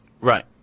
Right